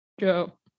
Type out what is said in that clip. Go